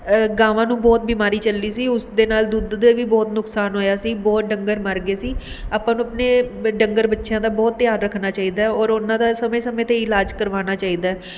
ਗਾਵਾਂ ਨੂੰ ਬਹੁਤ ਬਿਮਾਰੀ ਚੱਲੀ ਸੀ ਉਸ ਦੇ ਨਾਲ਼ ਦੁੱਧ ਦੇ ਵੀ ਬਹੁਤ ਨੁਕਸਾਨ ਹੋਇਆ ਸੀ ਬਹੁਤ ਡੰਗਰ ਮਰ ਗਏ ਸੀ ਆਪਾਂ ਨੂੰ ਆਪਣੇ ਵ ਡੰਗਰ ਵੱਛਿਆਂ ਦਾ ਬਹੁਤ ਧਿਆਨ ਰੱਖਣਾ ਚਾਹੀਦਾ ਔਰ ਉਹਨਾਂ ਦਾ ਸਮੇਂ ਸਮੇਂ 'ਤੇ ਇਲਾਜ ਕਰਵਾਉਣਾ ਚਾਹੀਦਾ